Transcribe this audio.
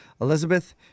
Elizabeth